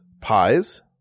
pies